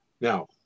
Now